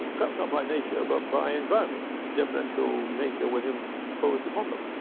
perhaps not by nature, but by environment. the deferential nature was imposed upon them.